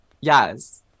Yes